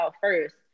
first